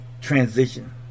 transition